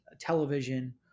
television